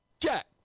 Jack